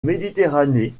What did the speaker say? méditerranée